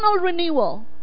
renewal